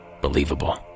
believable